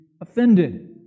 Offended